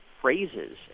phrases